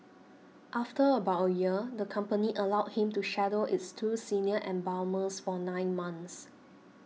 after about a year the company allowed him to shadow its two senior embalmers for nine months